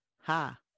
Ha